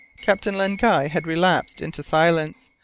captain len guy had relapsed into silence,